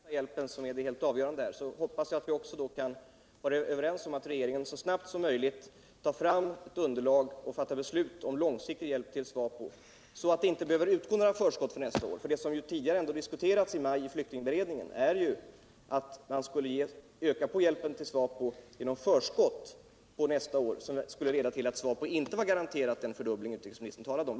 Herr talman! Eftersom vi är överens om att det är den akuta hjälpen som är det helt avgörande, hoppas jag att vi också kan vara överens om att regeringen så snabbt som möjligt tar fram ett underlag och fattar beslut om långsiktig hjälp till SWAPO, så att några förskott inte behöver utgå för nästa år. Det som tidigare i maj diskuterades i flyktingberedningen var ju ändå att man skulle öka på hjälpen till SVA PO genom förskott för nästa år, men detta skulle kunna leda till att SWAPO inte garanteras den fördubbling av hjälpen som utrikesministern talade om.